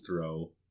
throw